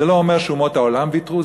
זה לא אומר שאומות העולם ויתרו,